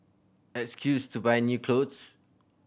excuse to buy new clothes